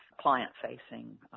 client-facing